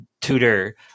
tutor